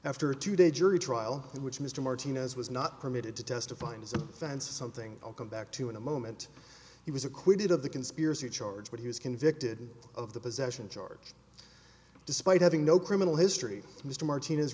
after today jury trial in which mr martinez was not permitted to testify and as a fence something i'll come back to in a moment he was acquitted of the conspiracy charge but he was convicted of the possession charge despite having no criminal history mr martinez